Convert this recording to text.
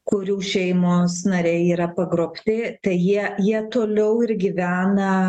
kurių šeimos nariai yra pagrobti tai jie jie toliau ir gyvena